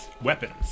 weapons